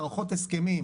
מערכות הסכמים,